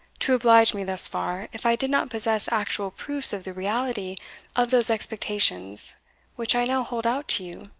to oblige me thus far, if i did not possess actual proofs of the reality of those expectations which i now hold out to you.